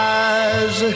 eyes